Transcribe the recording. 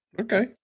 Okay